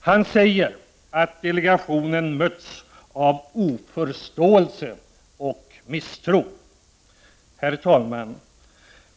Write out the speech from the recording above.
Han säger att delegationen mötts av oförståelse och misstro. Herr talman!